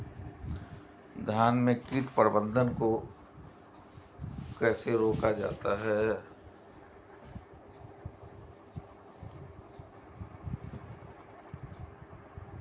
धान में कीट प्रबंधन को कैसे रोका जाता है?